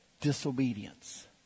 disobedience